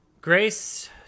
Grace